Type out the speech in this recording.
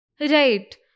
Right